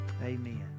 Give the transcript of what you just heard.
Amen